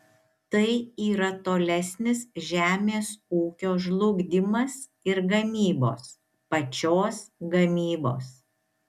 tai yra tolesnis žemės ūkio žlugdymas ir gamybos pačios gamybos